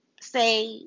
say